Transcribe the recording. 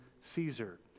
Caesar